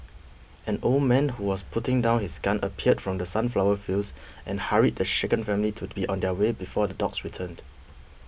an old man who was putting down his gun appeared from the sunflower fields and hurried the shaken family to be on their way before the dogs returned